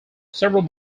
several